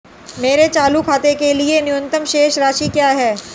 मेरे चालू खाते के लिए न्यूनतम शेष राशि क्या है?